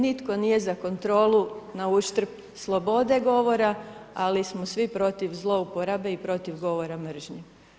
Nitko nije za kontrolu na uštrb slobode govora, ali smo svi protiv zlouporabe i protiv govora mržnje.